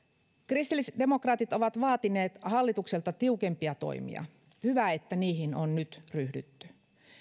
kristillisdemokraatit ovat vaatineet hallitukselta tiukempia toimia hyvä että niihin on nyt ryhdytty